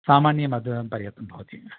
सामान्यमधुरं पर्याप्तं भवति